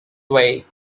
way